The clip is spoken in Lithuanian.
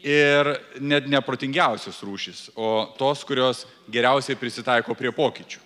ir net ne protingiausios rūšys o tos kurios geriausiai prisitaiko prie pokyčių